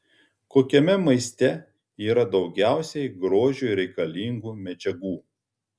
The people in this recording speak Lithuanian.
kokiame maiste yra daugiausiai grožiui reikalingų medžiagų